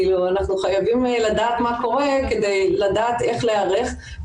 אנחנו חייבים לדעת מה קורה כדי לדעת איך להיערך.